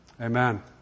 amen